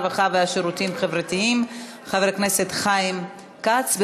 הרווחה והשירותים החברתיים חבר הכנסת חיים כץ.